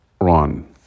Ron